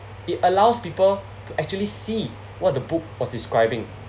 it allows people to actually see what the book was describing